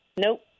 Nope